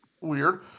weird